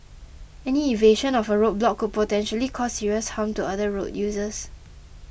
any evasion of a road block potentially cause serious harm to other road users